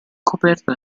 coperta